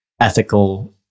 ethical